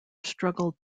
struggled